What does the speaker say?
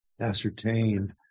ascertained